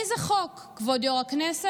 איזה חוק, כבוד יו"ר הכנסת,